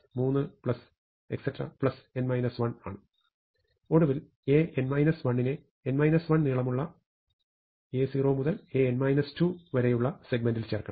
n 1 ആണ് ഒടുവിൽ An 1 നെ n 1 നീളമുള്ള A0 മുതൽ An 2 വരെയുള്ള സെഗ്മെന്റിൽ ചേർക്കണം